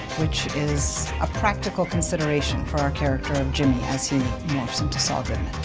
which is a practical consideration for our character of jimmy as he morphs into saul goodman.